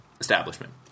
Establishment